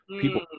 people